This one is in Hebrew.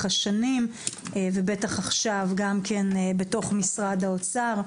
השנים ובטח עכשיו גם כן בתוך משרד האוצר.